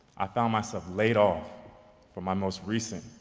i found myself laid off from my most recent,